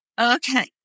Okay